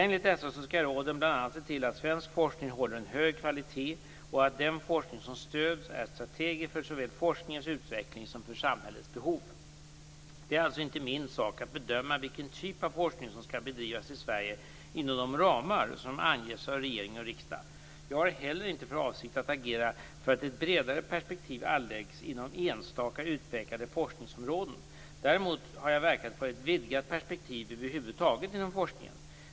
Enligt dessa skall råden bl.a. se till att svensk forskning håller en hög kvalitet och att den forskning som stöds är strategisk för såväl forskningens utveckling som för samhällets behov. Det är alltså inte min sak att bedöma vilken typ av forskning som skall bedrivas i Sverige inom de ramar som anges av regering och riksdag. Jag har heller inte för avsikt att agera för att ett bredare perspektiv anläggs inom enstaka utpekade forskningsområden. Däremot har jag verkat för ett vidgat perspektiv över huvud taget inom forskningen.